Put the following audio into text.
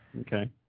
Okay